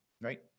right